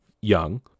young